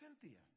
Cynthia